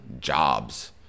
jobs